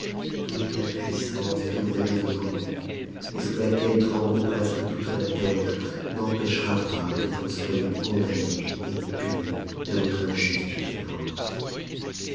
toute la puissance que vous avez aujourd'hui et sous laquelle tremble presque toute la terre n'empêchera pas que vous ne soyez condamné et puni de votre injuste violence